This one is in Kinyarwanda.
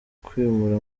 kwimura